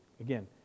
again